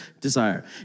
desire